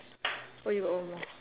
oh you got one more